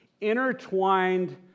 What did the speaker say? intertwined